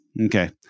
Okay